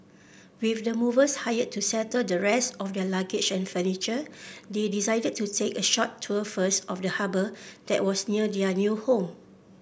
with the movers hired to settle the rest of their luggage and furniture they decided to take a short tour first of the harbour that was near their new home